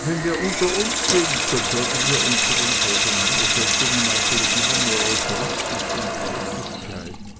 wenn wir unter uns sind so folgen wir unseren auseinandersetzungen eigentlich immer nur aus rücksicht und artigkeit